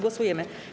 Głosujemy.